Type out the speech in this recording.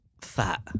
fat